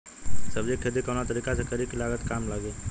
सब्जी के खेती कवना तरीका से करी की लागत काम लगे?